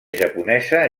japonesa